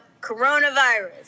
coronavirus